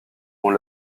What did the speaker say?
ont